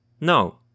No